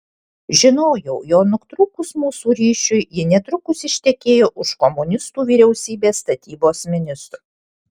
žinojau jog nutrūkus mūsų ryšiui ji netrukus ištekėjo už komunistų vyriausybės statybos ministro